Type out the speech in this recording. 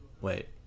Wait